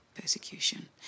persecution